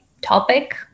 topic